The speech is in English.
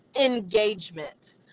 engagement